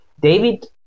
David